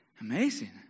amazing